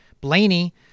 Blaney